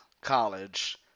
college